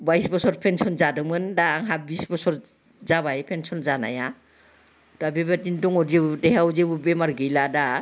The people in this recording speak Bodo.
बाय्स बोसोर पेनसन जादोंमोन दा आंहा बिस बोसोर जाबाय पेनसन जानाया दा बेबादिनो दङ जेबो देहायाव जेबो बेमार गैला दा